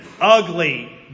ugly